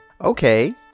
Okay